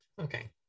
Okay